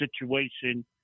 situation